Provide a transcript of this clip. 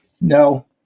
no